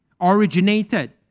originated